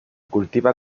cultiva